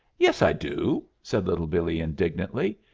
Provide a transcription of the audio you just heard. yes, i do, said little billee indignantly.